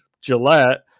Gillette